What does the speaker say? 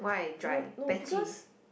no no because